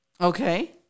Okay